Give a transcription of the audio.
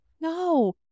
no